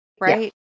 Right